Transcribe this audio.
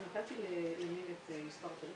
מבחינתי הם מקרה מבחן והם מייצגים את